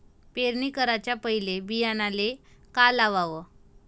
पेरणी कराच्या पयले बियान्याले का लावाव?